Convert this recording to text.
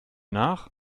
nach